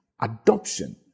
adoption